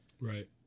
Right